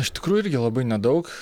iš tikrųjų irgi labai nedaug